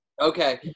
Okay